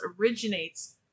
originates